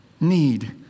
need